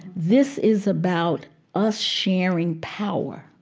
this is about us sharing power.